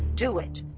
do it.